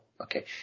okay